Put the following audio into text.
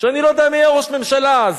אני לא יודע מי היה ראש ממשלה אז.